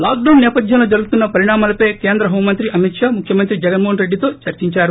lock down సేపధ్యంలో జరుగుతున్న పరిణామాలపై కేంద్ర హోం మంత్రి అమిత్ షా ముఖ్యమంత్రి జగన్మోహన్ రెడ్డితో చర్చించారు